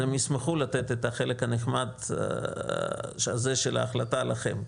אז הם ישמחו לתת את החלק הנחמד של ההחלטה לכם,